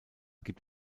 gibt